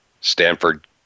Stanford